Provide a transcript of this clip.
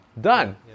Done